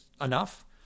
enough